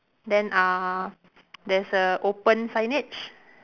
then uh there's a open signage